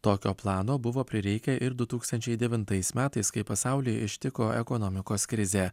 tokio plano buvo prireikę ir du tūkstančiai devintais metais kai pasaulį ištiko ekonomikos krizė